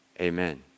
Amen